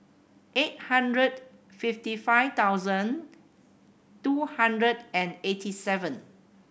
eight hundred fifty five thousand two hundred and eighty seven